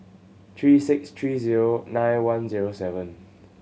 three six three zero nine one zero seven